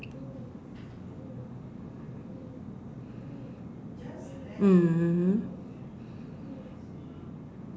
mmhmm